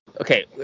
Okay